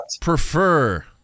prefer